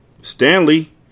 Stanley